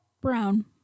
Brown